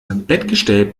bettgestell